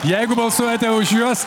jeigu balsuojate už juos